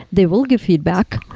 they will give feedback,